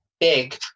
big